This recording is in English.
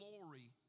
glory